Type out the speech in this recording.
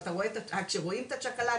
כשרואים צ'קלקה,